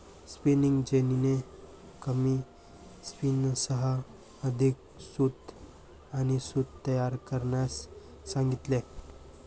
spinning जेनीने कमी स्पिनर्ससह अधिक सूत आणि सूत तयार करण्यास सांगितले